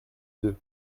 deux